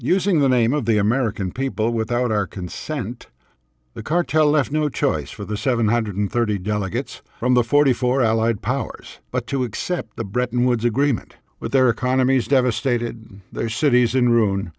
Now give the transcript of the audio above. using the name of the american people without our consent the cartel left no choice for the seven hundred thirty delegates from the forty four allied powers but to accept the bretton woods agreement with their economies devastated their cities in r